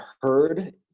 heard